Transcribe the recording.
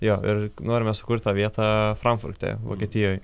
jo ir norime sukurt vietą frankfurte vokietijoj